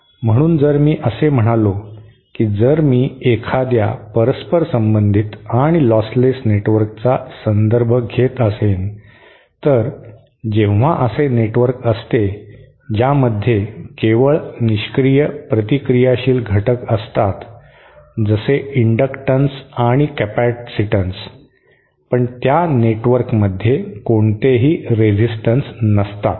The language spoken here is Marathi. म्हणून जर मी असे म्हणालो की जर मी एखाद्या परस्परसंबंधित आणि लॉसलेस नेटवर्कचा संदर्भ घेत असेल तर जेव्हा असे नेटवर्क असते ज्यामध्ये केवळ निष्क्रीय प्रतिक्रियाशील घटक असतात जसे इंडक्टन्स आणि कॅपेसिटन्स पण त्या नेटवर्कमध्ये कोणतेही रेझीस्टन्स नसतात